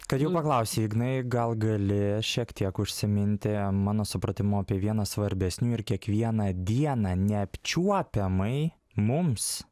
kad jau paklausei ignai gal gali šiek tiek užsiminti mano supratimu apie vieną svarbesnių ir kiekvieną dieną neapčiuopiamai mums